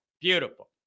Beautiful